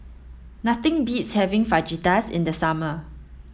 nothing beats having Fajitas in the summer